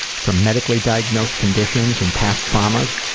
from medically diagnosed conditions and past traumas,